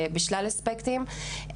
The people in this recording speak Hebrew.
בשלל אספקטים,